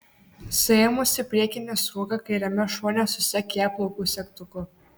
suėmusi priekinę sruogą kairiame šone susek ją plaukų segtuku